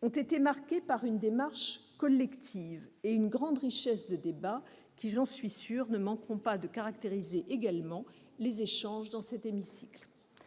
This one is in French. ont été marqués par une démarche collective et par une grande richesse des débats, qui ne manqueront pas de caractériser également, j'en suis sûre, les échanges dans cet hémicycle.